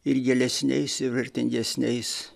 ir gilesniais ir vertingesniais